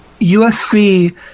USC